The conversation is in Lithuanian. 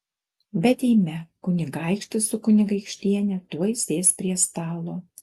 bet eime kunigaikštis su kunigaikštiene tuoj sės prie stalo